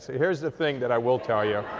here's the thing that i will tell you.